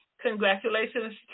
congratulations